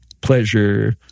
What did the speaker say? pleasure